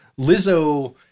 Lizzo